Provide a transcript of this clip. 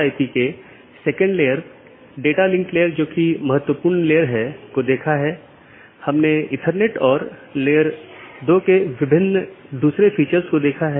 BGP या border gateway protocol बाहरी routing protocol है जो ऑटॉनमस सिस्टमों के पार पैकेट को सही तरीके से रूट करने में मदद करता है